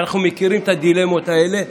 אנחנו מכירים את הדילמות האלה.